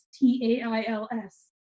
T-A-I-L-S